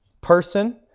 person